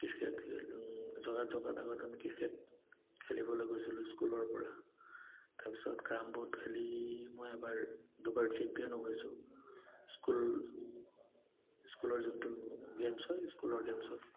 cricket খেল জগাত জগাত আগত আমি ক্ৰিকেট খেলিবলৈ গৈছিলোঁ স্কুলৰ পৰা তাৰপিছত কেৰাম ব'ৰ্ড খেলি মই এবাৰ দুবাৰ চেম্পিয়নো হৈছোঁ স্কুল স্কুলৰ যোনটো গে'মছ হয় স্কুলৰ গে'মছত